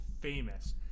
famous